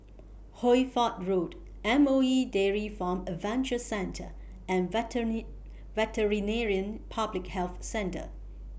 Hoy Fatt Road M O E Dairy Farm Adventure Centre and Veterinary Public Health Centre